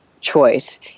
choice